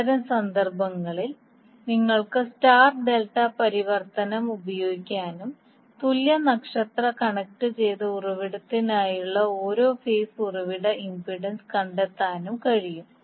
അത്തരം സന്ദർഭങ്ങളിൽ നിങ്ങൾക്ക് സ്റ്റാർ ഡെൽറ്റ പരിവർത്തനം പ്രയോഗിക്കാനും തുല്യ നക്ഷത്ര കണക്റ്റുചെയ്ത ഉറവിടത്തിനായുള്ള ഓരോ ഫേസ് ഉറവിട ഇംപെഡൻസ് കണ്ടെത്താനും കഴിയും